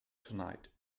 tonight